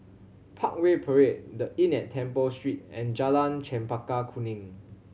Parkway Parade The Inn at Temple Street and Jalan Chempaka Kuning